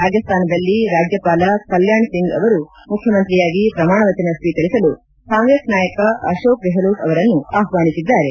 ರಾಜಸ್ಥಾನದಲ್ಲಿ ರಾಜ್ಯಪಾಲ ಕಲ್ಲಾಣ್ ಸಿಂಗ್ ಅವರು ಮುಖ್ಯಮಂತ್ರಿಯಾಗಿ ಪ್ರಮಾಣ ವಚನ ಸ್ತೀಕರಿಸಲು ಕಾಂಗ್ರೆಸ್ ನಾಯಕ ಅಶೋಕ್ ಗೆಹ್ಲೋಟ್ ಅವರನ್ನು ಆಹ್ವಾನಿಸಿದ್ದಾರೆ